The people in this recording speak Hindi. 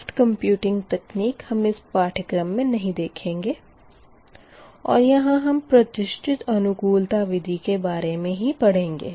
सॉफ़्ट कंप्यूटिंग तकनीक हम इस पाठ्यक्रम में नहीं देखेंगे और यहाँ हम प्रतिष्ठित अनुकूलता विधि के बारे मे ही पढ़ेंगे